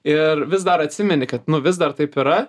ir vis dar atsimeni kad nu vis dar taip yra